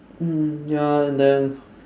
mm ya and then